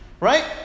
right